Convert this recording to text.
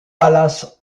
palace